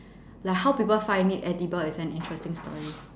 like how people find it edible is an interesting story